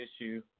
issue